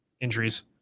injuries